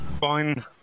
fine